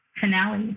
finale